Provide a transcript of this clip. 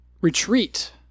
retreat